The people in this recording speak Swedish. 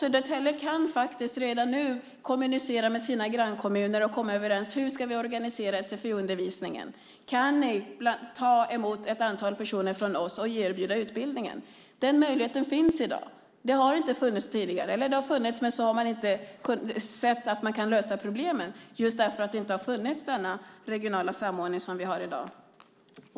Södertälje kan faktiskt redan nu kommunicera med sina grannkommuner och komma överens om hur man ska organisera sfi-undervisningen. Kan ni ta emot ett antal personer från oss och erbjuda utbildning? Den möjligheten finns i dag. Den har funnits tidigare också, men man har inte sett att det går att lösa problemen så just därför att denna regionala samordning som vi har i dag inte har funnits.